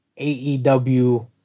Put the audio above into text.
AEW